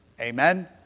amen